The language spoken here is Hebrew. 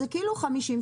זה כאילו 50,